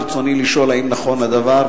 רצוני לשאול: 1. האם נכון הדבר?